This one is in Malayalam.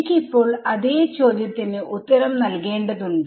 എനിക്കിപ്പോൾ അതേ ചോദ്യത്തിന് ഉത്തരം നൽകേണ്ടതുണ്ട്